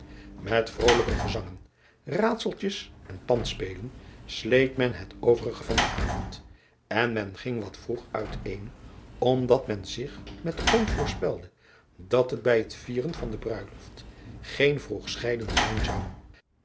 et vrolijke gezangen raadseltjes en pandspellen sleet men het overige van den avond en men ging wat vroeg uit een omdat men zich met grond voorspelde dat het bij het vieren van de ruiloft geen vroeg scheiden zijn zou